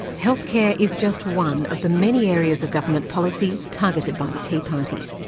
healthcare is just one of the many areas of government policy targeted by the tea party.